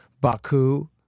Baku